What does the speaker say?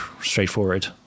straightforward